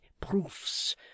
proofs